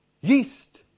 yeast